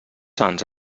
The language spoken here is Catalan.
sants